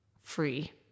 free